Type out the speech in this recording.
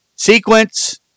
Sequence